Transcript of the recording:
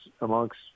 amongst